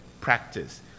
practice